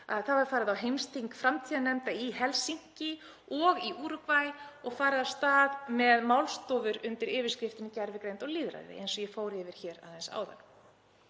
Það var farið á heimsþing framtíðarnefnda í Helsinki og í Úrúgvæ og farið af stað með málstofur undir yfirskriftinni Gervigreind og lýðræði, eins og ég fór aðeins yfir áðan.